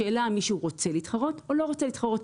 השאלה אם מישהו רוצה להתחרות או לא רוצה להתחרות.